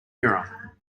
mirror